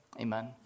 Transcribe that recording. Amen